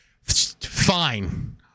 fine